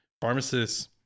pharmacists